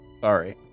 Sorry